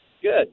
Good